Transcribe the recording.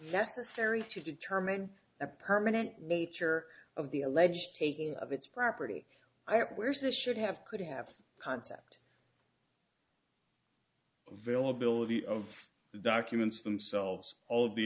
necessary to determine the permanent nature of the alleged taking of its property i wish this should have could have concept veil ability of the documents themselves all